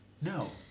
No